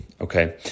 okay